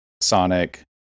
Sonic